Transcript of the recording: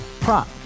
prop